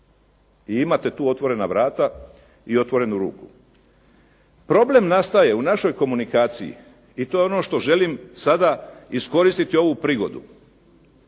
I imate tu otvorena vrata i otvorenu ruku! Problem nastaje u našoj komunikaciji i to je ono što želim sada, iskoristiti ovu prigodu